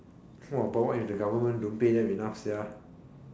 !wah! but what if the government don't pay them enough sia